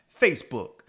Facebook